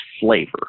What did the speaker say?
flavor